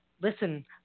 listen